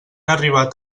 arribat